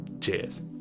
cheers